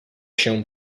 się